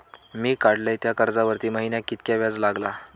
मी काडलय त्या कर्जावरती महिन्याक कीतक्या व्याज लागला?